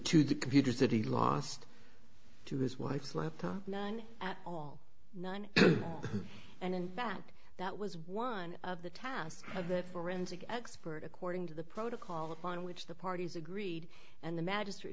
to the computers that he lost to his wife's laptop none at all none and in fact that was one of the task of the forensic expert according to the protocol upon which the parties agreed and the magistr